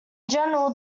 general